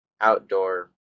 outdoor